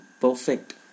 perfect